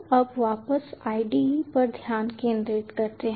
तो अब वापस IDE पर ध्यान केंद्रित करते हैं